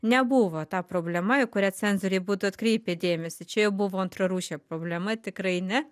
nebuvo ta problema į kurią cenzoriai būtų atkreipę dėmesį čia jau buvo antrarūšė problema tikrai ne